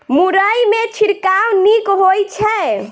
मुरई मे छिड़काव नीक होइ छै?